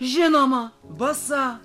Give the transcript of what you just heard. žinoma basa